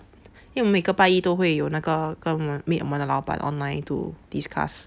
因为我每个拜一都会有那个跟我 meet 我们的老板 online to discuss